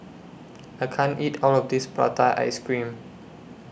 I can't eat All of This Prata Ice Cream